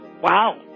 Wow